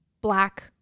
black